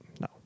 no